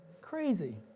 Crazy